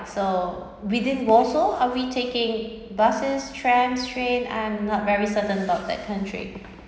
so within warsaw are we taking buses trams trains I'm not very certain about that country